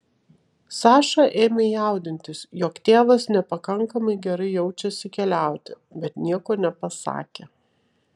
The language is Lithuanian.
saša ėmė jaudintis jog tėvas nepakankamai gerai jaučiasi keliauti bet nieko nepasakė